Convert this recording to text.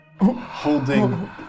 holding